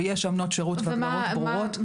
ויש אמנות שירות והגדרות ברורות.